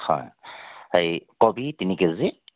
হয় হেৰি কবি তিনি কেজি